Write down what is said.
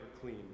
clean